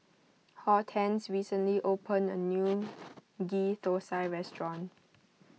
Hortense recently opened a new Ghee Thosai restaurant